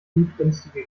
blutrünstige